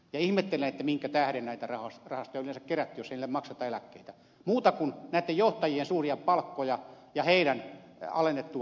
ihmettelen minkä tähden näitä rahastoja yleensä on kerätty jos niillä ei makseta eläkkeitä muuta kuin näitten johtajien suuria palkkoja ja heidän alennettua eläkeikäänsä